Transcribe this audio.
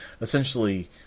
essentially